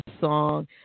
song